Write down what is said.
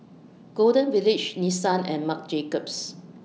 Golden Village Nissan and Marc Jacobs